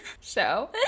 show